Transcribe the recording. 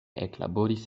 eklaboris